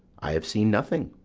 i have seen nothing.